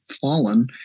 fallen